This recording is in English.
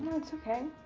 it's okay.